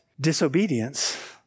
disobedience